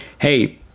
hey